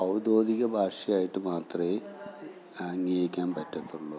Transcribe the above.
ഔദ്യോഗിക ഭാഷയായിട്ട് മാത്രമേ അംഗീകരിക്കാൻ പറ്റുള്ളൂ